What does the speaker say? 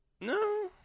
no